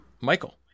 Michael